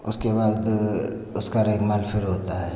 उसके बाद उसका रेगमाल फिर होता है